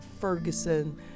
Ferguson